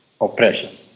oppression